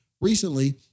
Recently